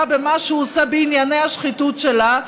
במה שהוא עושה בענייני השחיתות שלה,